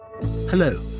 Hello